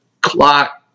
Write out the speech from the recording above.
clock